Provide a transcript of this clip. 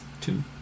two